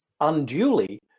unduly